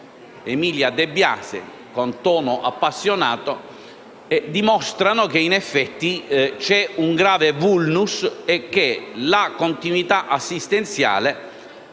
Emilia De Biasi con tono appassionato, dimostra che in effetti c'è un grave *vulnus* e che la continuità assistenziale